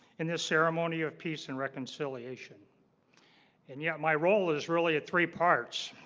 in this ceremony of peace and reconciliation and yet my role is really at three parts